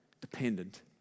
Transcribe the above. dependent